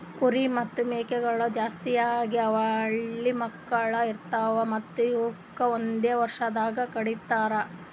ಕುರಿ ಮತ್ತ್ ಮೇಕೆಗೊಳ್ ಜಾಸ್ತಿಯಾಗಿ ಅವಳಿ ಮಕ್ಕುಳ್ ಇರ್ತಾವ್ ಮತ್ತ್ ಇವುಕ್ ಒಂದೆ ವರ್ಷದಾಗ್ ಕಡಿತಾರ್